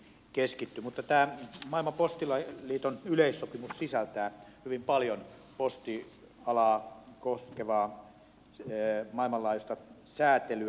mutta tämä maailman postiliiton yleissopimus sisältää hyvin paljon postialaa koskevaa maailmanlaajuista säätelyä